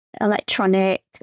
electronic